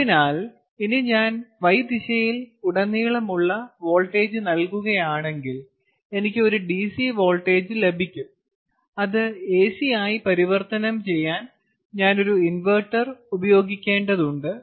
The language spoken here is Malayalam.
അതിനാൽ ഇനി ഞാൻ y ദിശയിൽ ഉടനീളമുള്ള വോൾട്ടേജ് അളക്കുകയാണെങ്കിൽ എനിക്ക് ഒരു DC വോൾട്ടേജ് ലഭിക്കും അത് AC ആയി പരിവർത്തനം ചെയ്യാൻ ഞാൻ ഒരു ഇൻവെർട്ടർ ഉപയോഗിക്കേണ്ടതുണ്ട്